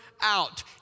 out